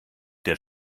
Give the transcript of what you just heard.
der